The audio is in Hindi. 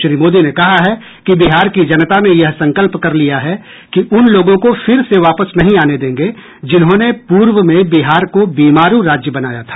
श्री मोदी ने कहा है कि बिहार की जनता ने यह संकल्प कर लिया है कि उन लोगों को फिर से वापस नहीं आने देंगे जिन्होंने पूर्व में बिहार को बीमारू राज्य बनाया था